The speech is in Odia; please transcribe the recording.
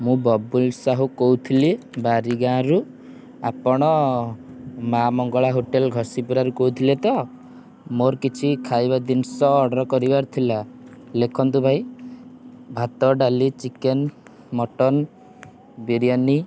ମୁଁ ବବୁଲ୍ ସାହୁ କହୁଥିଲି ବାରିଗାଁରୁ ଆପଣ ମା ମଙ୍ଗଳା ହୋଟେଲ୍ ଘଷିପୁରାରୁ କହୁଥିଲେ ତ ମୋର କିଛି ଖାଇବା ଜିନିଷ ଅର୍ଡ଼ର୍ କରିବାର ଥିଲା ଲେଖନ୍ତୁ ଭାଇ ଭାତ ଡାଲି ଚିକେନ୍ ମଟନ୍ ବିରିୟାନୀ